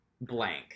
blank